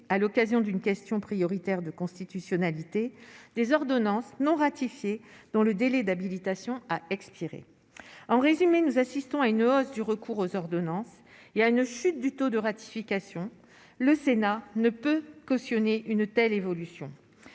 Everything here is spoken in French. à l'occasion d'une question prioritaire de constitutionnalité des ordonnance non ratifiée dans le délai d'habilitation a expiré en résumé, nous assistons à une hausse du recours aux ordonnances il y a une chute du taux de ratification, le Sénat ne peut cautionner une telle évolution